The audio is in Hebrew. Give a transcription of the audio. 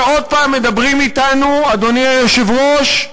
שעוד פעם מדברים אתנו, אדוני היושב-ראש,